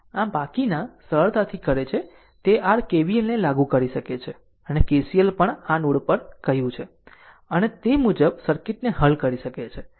આમ બાકીના સરળતાથી કરે છે તે r KVL ને લાગુ કરી શકે છે અને KCL પણ આ નોડ પર કહ્યું છે અને તે મુજબ સર્કિટને હલ કરી શકે છે